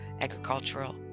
agricultural